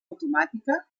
automàtica